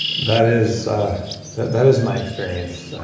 that is that is my experience,